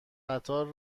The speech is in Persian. قطار